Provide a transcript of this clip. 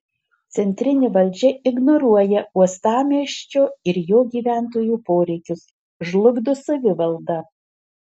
centrinė valdžia ignoruoja uostamiesčio ir jo gyventojų poreikius žlugdo savivaldą